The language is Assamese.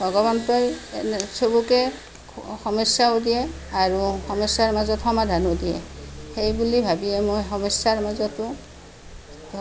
ভগৱন্তই চবকে সমস্যাও দিয়ে আৰু সমস্যাৰ মাজত সমাধানো দিয়ে সেইবুলি ভাবিয়ে মই সমস্যাৰ মাজতো